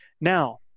Now